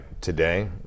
today